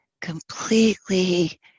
completely